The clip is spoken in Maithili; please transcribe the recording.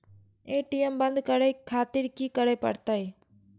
ए.टी.एम बंद करें खातिर की करें परतें?